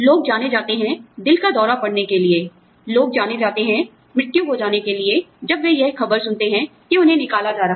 लोग जाने जाते हैं दिल का दौरा पड़ने के लिए लोग जाने जाते हैं मृत्यु हो जाने के लिए जब वे यह खबर सुनते हैं कि उन्हें निकाला जा रहा है